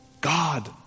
God